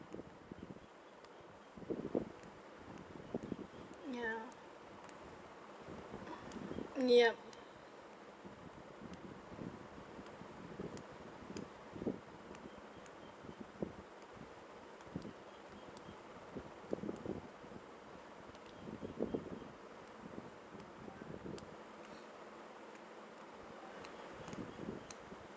ya yup